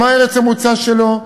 מה ארץ המוצא שלו,